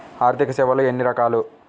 ఆర్థిక సేవలు ఎన్ని రకాలు?